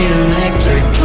electric